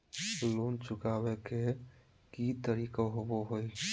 Loan चुकाबे के की तरीका होबो हइ?